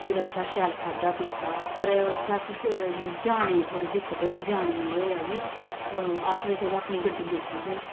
फिर उत्थें शैल खाद्धा पीता पर उत्थै अस जाने दी थोह्ड़ी दिक्कत होई जाने गी एह् होएआ कि अस ते चलो अपनी गड्डी लैती दी ही